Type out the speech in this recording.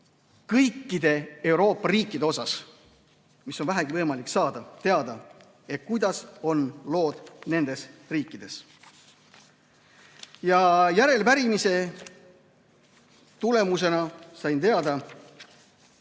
kõikide Euroopa riikide kohta, mille kohta on vähegi võimalik teada saada, kuidas on lood nendes riikides. Järelepärimiste tulemusena sain teada, et